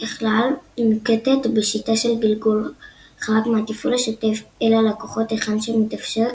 ככלל נוקטת בשיטה של גלגול חלק מהתפעול השוטף אל הלקוחות היכן שמתאפשר,